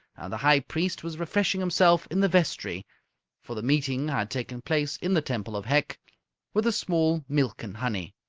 the high priest was refreshing himself in the vestry for the meeting had taken place in the temple of hec with a small milk and honey.